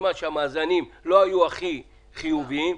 בזמן שהמאזנים לא היו הכי חיוביים.